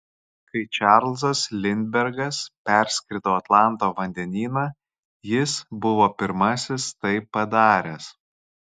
kai čarlzas lindbergas perskrido atlanto vandenyną jis buvo pirmasis tai padaręs